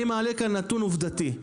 אני מעלה כאן נתון עובדתי,